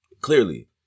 Clearly